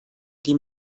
die